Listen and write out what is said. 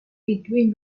between